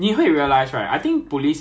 那个 cookhouse 的 food 超好的